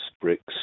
bricks